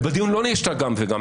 ובדיון לא נשמע גם וגם.